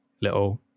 little